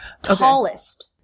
Tallest